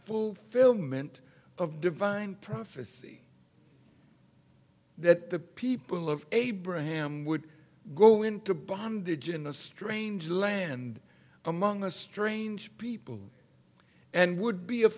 fulfillment of divine prophecy that the people of abraham would go into bondage in a strange land among a strange people and would be a